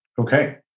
Okay